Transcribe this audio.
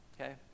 okay